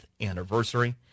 anniversary